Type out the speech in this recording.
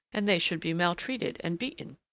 and they should be maltreated and beaten?